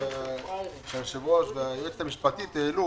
מה שהיושב-ראש והיועצת המשפטית העלו,